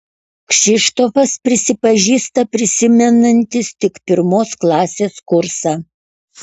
kšištofas prisipažįsta prisimenantis tik pirmos klasės kursą